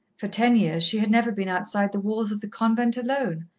for ten years she had never been outside the walls of the convent alone,